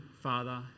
Father